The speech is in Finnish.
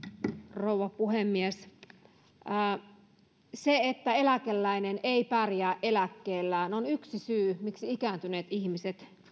rouva puhemies se että eläkeläinen ei pärjää eläkkeellään on yksi syy miksi ikääntyneet ihmiset